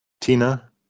Tina